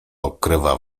okrywa